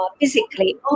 physically